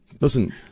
listen